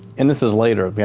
and this is later, i mean,